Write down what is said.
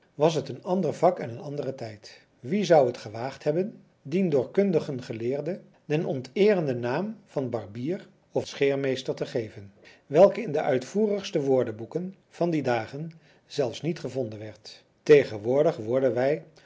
was het een ander vak en een andere tijd wie zou het gewaagd hebben dien doorkundigen geleerde den onteerenden naam van barbier of scheermeester te geven welke in de uitvoerigste woordenboeken van die dagen zelfs niet gevonden werd tegenwoordig worden wij